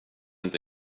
inte